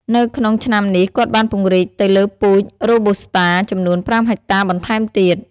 នៅក្នុងឆ្នាំនេះ គាត់បានពង្រីកទៅលើពូជ Robusta ចំនួន៥ហិកតាបន្ថែមទៀត។